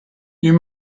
you